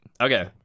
okay